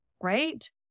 Right